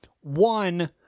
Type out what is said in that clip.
one